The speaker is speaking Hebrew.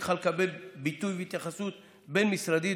צריכה לקבל ביטוי והתייחסות בין-משרדית,